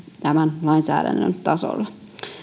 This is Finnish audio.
tämän lainsäädännön tasolla